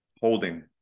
holding